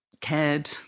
cared